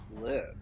live